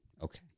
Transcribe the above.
Okay